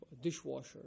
dishwasher